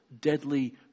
deadly